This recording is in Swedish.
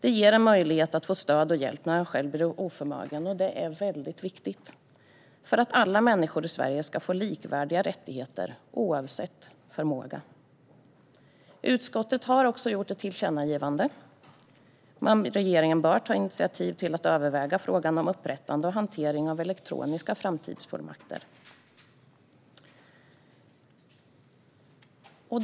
Det ger en möjlighet att få stöd och hjälp när man själv blir oförmögen, och det är väldigt viktigt för att alla människor i Sverige ska få likvärdiga rättigheter oavsett förmåga. Utskottet föreslår också ett tillkännagivande. Enligt utskottet bör regeringen ta initiativ till att överväga frågan om upprättande och hantering av elektroniska framtidsfullmakter.